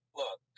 look